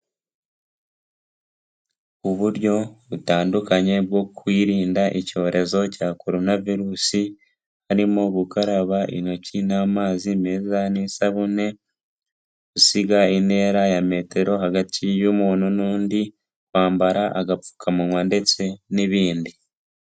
Uburyo butandukanye bwo kwirinda icyorezo cya koronavirusi, harimo gukaraba intoki n'amazi meza n'isabune, gusiga intera ya metero hagati y'umuntu n'undi, kwambara agapfukamunwa ndetse n'ibindi.